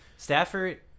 Stafford